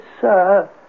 sir